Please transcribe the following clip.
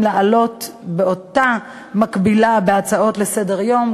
לעלות באותה מקבילה בהצעות לסדר-יום,